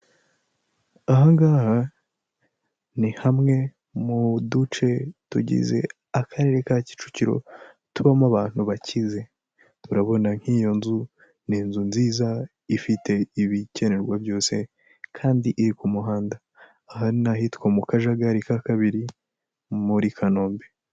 Aha ngaha ni hamwe mu duce tugize akarere ka Kicukiro tubamo abantu bakize, urabona nk'iyo nzu ni inzu nziza ifite ibikenerwa byose kandi iri ku muhanda aha ni ahitwa mu kajagari ka kabiri muri Kanombe.